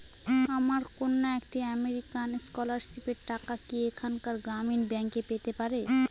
আমার কন্যা একটি আমেরিকান স্কলারশিপের টাকা কি এখানকার গ্রামীণ ব্যাংকে পেতে পারে?